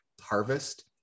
harvest